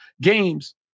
games